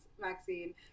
Maxine